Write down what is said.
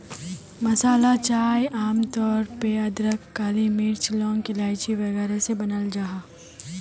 मसाला चाय आम तौर पे अदरक, काली मिर्च, लौंग, इलाइची वगैरह से बनाल जाहा